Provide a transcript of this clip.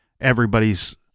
everybody's